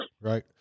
right